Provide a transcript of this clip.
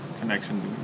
connections